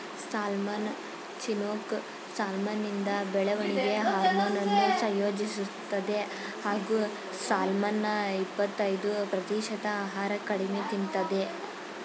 salmon chinook ಸಾಲ್ಮನಿಂದ ಬೆಳವಣಿಗೆ ಹಾರ್ಮೋನನ್ನು ಸಂಯೋಜಿಸ್ತದೆ ಹಾಗೂ ಸಾಲ್ಮನ್ನ ಇಪ್ಪತಯ್ದು ಪ್ರತಿಶತ ಆಹಾರ ಕಡಿಮೆ ತಿಂತದೆ